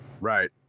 right